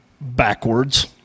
backwards